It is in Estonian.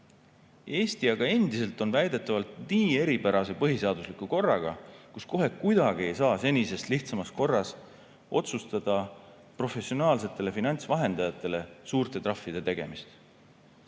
Eesti aga on endiselt väidetavalt nii eripärase põhiseadusliku korraga, kus kohe kuidagi ei saa senisest lihtsamas korras otsustada professionaalsetele finantsvahendajatele suurte trahvide tegemist.